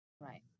Right